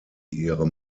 ihre